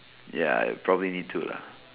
ya probably need to lah